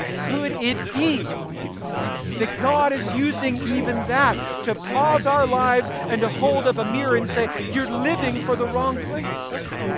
could it be that god is using even that to pause our lives and to hold up a mirror and say you're living for the wrong place?